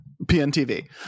PNTV